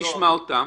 נשמע אותם.